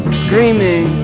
screaming